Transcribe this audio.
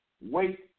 wait